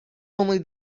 only